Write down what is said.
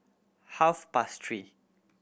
half past three